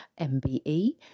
MBE